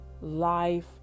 life